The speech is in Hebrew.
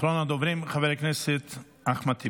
אחרון הדוברים, חבר הכנסת אחמד טיבי.